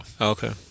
Okay